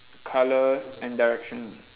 colour and direction